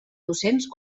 docents